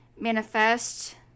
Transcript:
manifest